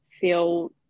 feel